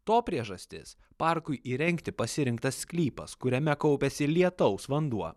to priežastis parkui įrengti pasirinktas sklypas kuriame kaupiasi lietaus vanduo